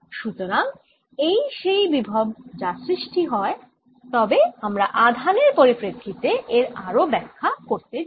সুতরাং এই সেই বিভব যা সৃষ্টি হয় তবে আমরা আধানের পরিপ্রেক্ষিতে এর আরও ব্যাখ্যা করতে চাই